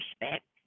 respect